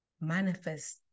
manifest